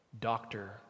doctor